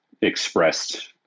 expressed